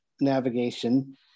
navigation